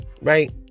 right